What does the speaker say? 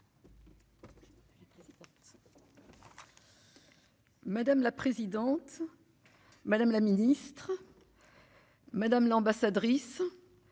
Madame la présidente, madame la Ministre. Madame l'ambassadrice.